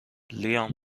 لیام